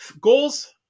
Goals